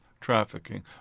trafficking